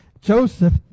Joseph